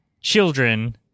children